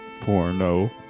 Porno